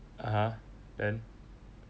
(uh huh) then